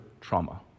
trauma